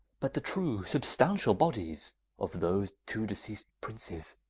but the true substantial bodies of those two deceased princes.